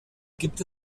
gibt